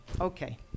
okay